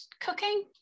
cooking